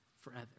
forever